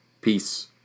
Peace